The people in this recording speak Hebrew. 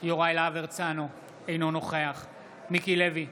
יוראי להב הרצנו, אינו נוכח מיקי לוי,